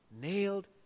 nailed